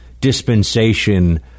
dispensation